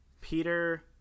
Peter